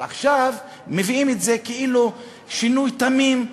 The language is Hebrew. אבל עכשיו מביאים את זה כאילו זה שינוי תמים,